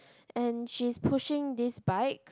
and she's pushing this bike